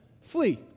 Flee